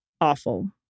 awful